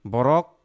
Borok